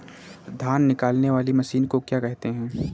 धान निकालने वाली मशीन को क्या कहते हैं?